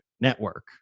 network